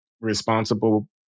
responsible